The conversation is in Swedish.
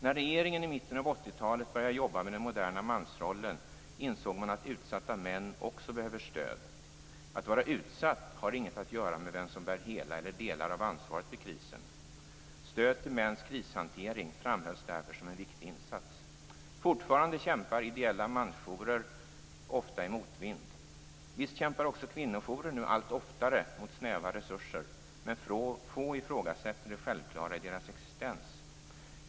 När regeringen i mitten av 80-talet började jobba med den moderna mansrollen insåg man att utsatta män också behöver stöd. Att vara utsatt har inget att göra med vem som bär hela eller delar av ansvaret för krisen. Stöd till mäns krishantering framhölls därför som en viktig insats. Fortfarande kämpar ideella mansjourer ofta i motvind. Visst kämpar också kvinnojourer nu allt oftare mot snäva resurser, men få ifrågasätter det självklara i deras existens.